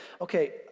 Okay